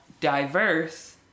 diverse